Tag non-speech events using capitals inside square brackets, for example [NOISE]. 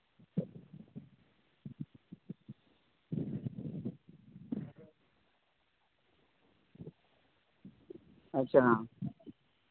ᱟᱪᱪᱷᱟ [UNINTELLIGIBLE]